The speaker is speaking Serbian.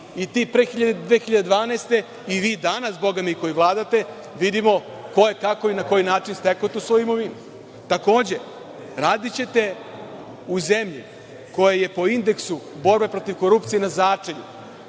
i ti pre 2012. godine, i vi danas, bogami, koji vladate, vidimo ko je kako i na koji način stekao tu svoju imovinu. Takođe, radićete u zemlji koja je po indeksu borbe protiv korupcije na začelju.